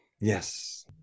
Yes